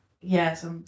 Yes